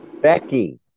Becky